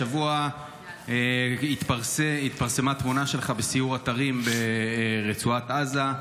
השבוע התפרסמה תמונה שלך בסיור אתרים ברצועת עזה.